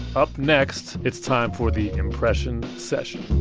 up next, it's time for the impression session